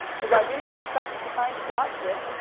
though i didn't expect to find a dog here.